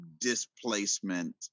displacement